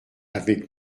avec